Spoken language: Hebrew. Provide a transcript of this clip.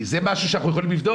כי זה משהו שאנחנו יכולים לבדוק.